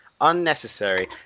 Unnecessary